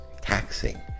taxing